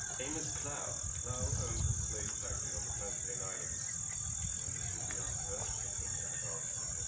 amos clowe? clowe owns the slave factory on the plantain islands and this will be our first shipment to charleston.